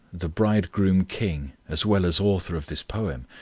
the bridegroom king, as well as author of this poem,